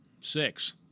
six